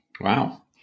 Wow